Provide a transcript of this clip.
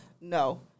no